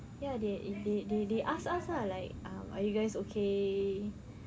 ya they they they they ask us ah like um are you guys okay